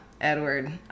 Edward